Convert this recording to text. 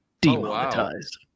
Demonetized